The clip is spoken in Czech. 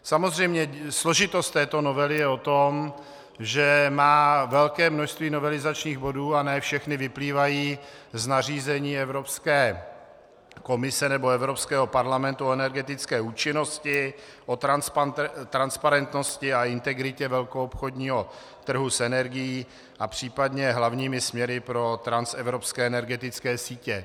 Samozřejmě složitost této novely je o tom, že má velké množství novelizačních bodů a ne všechny vyplývají z nařízení Evropské komise nebo Evropského parlamentu o energetické účinnosti, o transparentnosti a integritě velkoobchodního trhu s energií a případně hlavními směry pro transevropské energetické sítě.